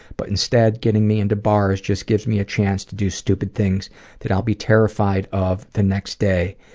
but instead, getting me into bars just gives me a chance to do stupid things that i'll be terrified of the next day,